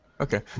Okay